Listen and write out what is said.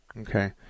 Okay